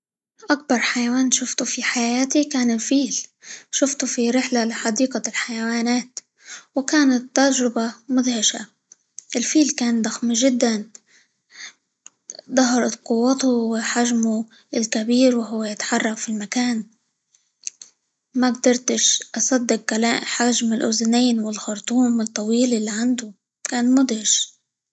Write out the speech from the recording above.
أكبر حيوان شفته في حياتي كان الفيل، شفته في رحلة لحديقة الحيوانات، وكانت تجربة مدهشة الفيل كان ضخم جدًا، ظهرت قوته، وحجمه الكبير وهو يتحرك في المكان، ما قدرتش أصدق -كلا- حجم الأذنين، والخرطوم الطويل اللي عنده، كان مدهش.